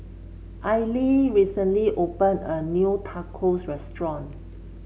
Aili recently opened a new Tacos Restaurant